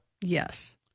Yes